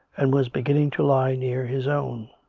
and was beginning to lie near his own.